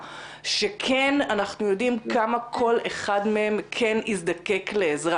שכן אנחנו יודעים כמה כל אחד מהם כן יזדקק לעזרה?